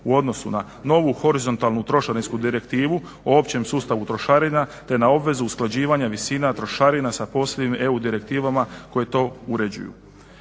u odnosu na novu horizontalnu trošarinsku direktivu u općem sustavu trošarina te na obvezu usklađivanja visina trošarina sa posebnim EU direktivama koje to uređuju.